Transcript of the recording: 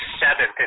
seventh